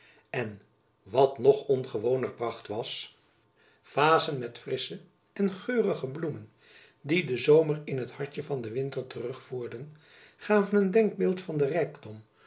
en wat nog ongewoner pracht was vazen met frissche en geurige bloemen die den zomer in het hartjen van den winter terugvoerden gaven een denkbeeld van den rijkdom